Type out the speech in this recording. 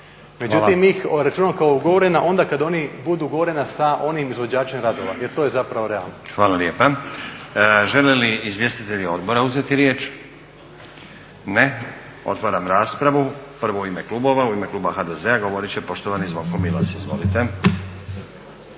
Međutim, mi ih računamo kao ugovorena onda kad ona budu ugovorena sa onim izvođačem radova. Jer to je zapravo realno. **Stazić, Nenad (SDP)** Hvala lijepa. Žele li izvjestitelji odbora uzeti riječ? Ne. Otvaram raspravu. Prvo u ime klubova. U ime kluba HDZ-a govorit će poštovani Zvonko Milas. Izvolite.